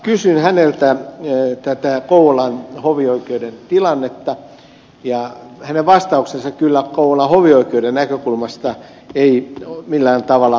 kysyin häneltä tätä kouvolan hovioikeuden tilannetta ja hänen vastauksensa kyllä kouvolan hovioikeuden näkökulmasta ei millään tavalla mieltä ylentänyt